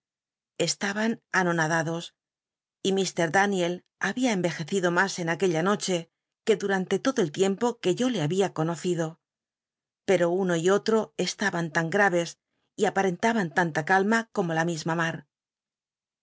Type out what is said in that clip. estaban anonadados y ik daniel hábia em ej ecido mas en aquella noche que durante todo el tiempo que yo le había conocido pero uno y otro estaban tan graves y aparentaban tanta calma como la misma